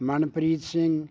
Manpreet Singh